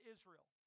Israel